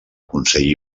consell